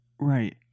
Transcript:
Right